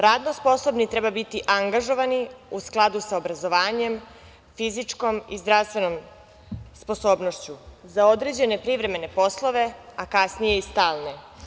Radno sposobni treba biti angažovani u skladu sa obrazovanjem, fizičkom i zdravstvenom sposobnošću za određene privremene poslove, a kasnije i stalne.